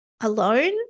alone